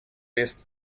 jest